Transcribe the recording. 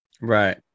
Right